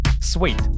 Sweet